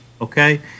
okay